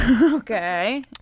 Okay